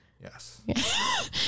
Yes